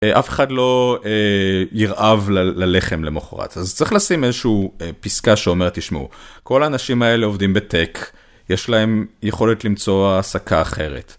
אף אחד לא ירעב ללחם למחרת, אז צריך לשים איזושהי פסקה שאומרת, תשמעו, כל האנשים האלה עובדים בטק, יש להם יכולת למצוא העסקה אחרת.